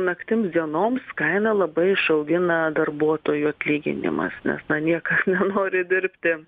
naktims dienoms kainą labai išaugina darbuotojų atlyginimas nes na niekas nenori dirbti